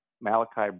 Malachi